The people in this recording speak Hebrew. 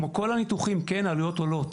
כמו כל הניתוחים כן, העלויות עולות.